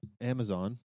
Amazon